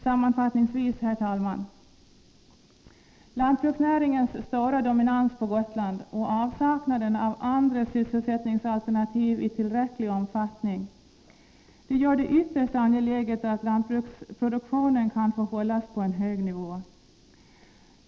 Sammanfattningsvis, herr talman, gör lantbruksnäringens stora dominans på Gotland och avsaknaden av andra sysselsättningsalternativ i tillräcklig omfattning det ytterst angeläget att lantbruksproduktionen kan hållas på en hög nivå.